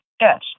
Yes